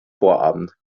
vorabend